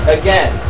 again